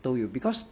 都有 because